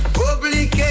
public